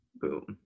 boom